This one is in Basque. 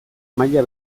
maila